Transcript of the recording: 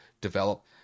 develop